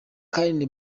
karen